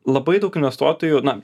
labai daug investuotojų na